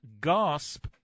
gasp